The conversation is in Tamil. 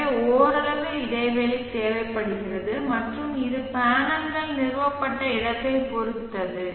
எனவே ஓரளவு இடைவெளி தேவைப்படுகிறது மற்றும் இது பேனல்கள் நிறுவப்பட்ட இடத்தைப் பொறுத்தது